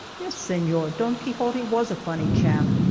yes, sefior, don quixote was a funny chap.